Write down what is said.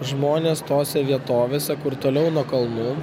žmonės tose vietovėse kur toliau nuo kalnų